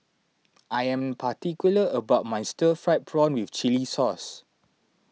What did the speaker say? I am particular about my Stir Fried Prawn with Chili Sauce